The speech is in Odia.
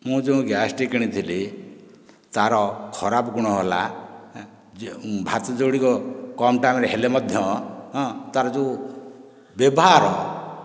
ମୁଁ ଯେଉଁ ଗ୍ୟାସ ଟି କିଣିଥିଲି ତା'ର ଖରାପ ଗୁଣ ହେଲା ଭାତ ଯୋଡ଼ିକ କମ ଟାଇମରେ ହେଲେ ମଧ୍ୟ ହଁ ତା'ର ଯେଉଁ ବ୍ୟବହାର